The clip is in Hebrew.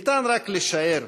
ניתן רק לשער